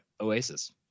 Oasis